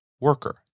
worker